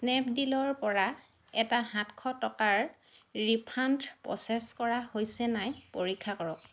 স্নেপডীলৰ পৰা এটা সাতশ টকাৰ ৰিফাণ্ড প্ৰচেছ কৰা হৈছে নাই পৰীক্ষা কৰক